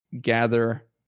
gather